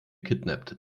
gekidnappt